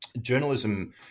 Journalism